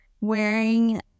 wearing